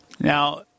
Now